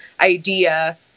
idea